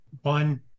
One